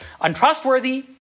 untrustworthy